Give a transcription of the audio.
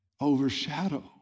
overshadow